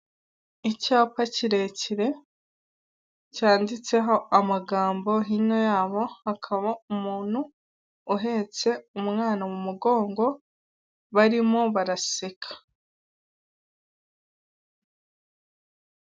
Icyapa kirekire cyanditseho amagambohino yabo hakaba umuntu uhetse umwana mu mugongo barimo baraseka.